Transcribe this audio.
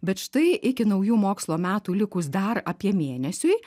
bet štai iki naujų mokslo metų likus dar apie mėnesiui